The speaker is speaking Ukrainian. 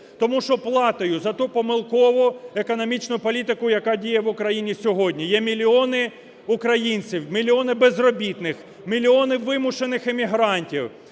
Тому що платою за ту помилкову економічну політику, яка діє в Україні сьогодні, є мільйони українців, мільйони безробітних, мільйонів вимушених емігрантів,